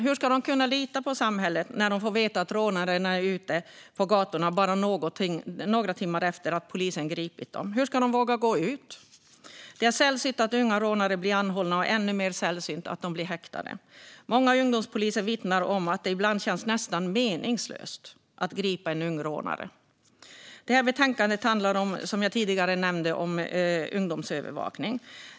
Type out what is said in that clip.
Hur ska de kunna lita på samhället när de får veta att rånaren är ute på gatorna bara några timmar efter gripandet? Hur ska de våga gå ut? Det är sällsynt att unga rånare blir anhållna och ännu mer sällsynt att de blir häktade. Många ungdomspoliser vittnar om att det ibland känns nästan meningslöst att gripa en ung rånare. Det här betänkandet handlar, som jag tidigare nämnde, om ungdomsövervakning.